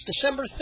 December